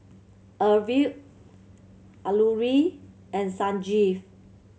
Arvind Alluri and Sanjeev